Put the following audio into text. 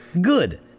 Good